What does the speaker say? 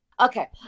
Okay